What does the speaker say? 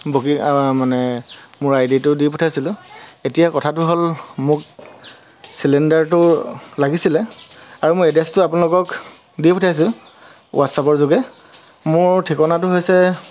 booking মানে মোৰ I D টো দি পঠাইছিলোঁ এতিয়া কথাটো হ'ল মোক চিলিণ্ডাৰটো লাগিছিলে আৰু মোৰ এড্ৰেছটো আপোনালোকক দি পঠিয়াইছোঁ হোৱাটছআপৰ যোগে মোৰ ঠিকনাটো হৈছে